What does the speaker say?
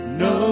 no